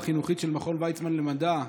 והסוף ידוע לכולנו.